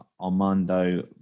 Armando